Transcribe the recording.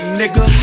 nigga